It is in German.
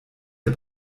der